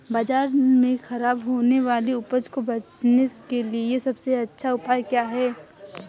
बाजार में खराब होने वाली उपज को बेचने के लिए सबसे अच्छा उपाय क्या है?